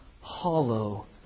hollow